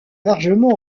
largement